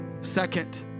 Second